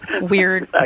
Weird